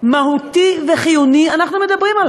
מהותי וחיוני אנחנו מדברים.